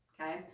Okay